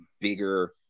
bigger